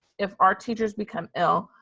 if our teachers become ill,